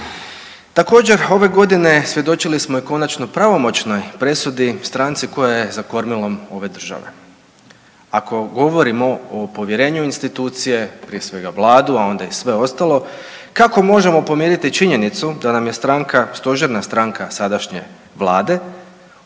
Također ove godine svjedočili smo i konačno pravomoćnoj presudi stranci koja je za kormilom ove države. Ako govorimo o povjerenju u institucije prije svega vladu, a onda i sve ostalo kako možemo pomiriti činjenicu da nam je stranka, stožerna stranka sadašnje vlade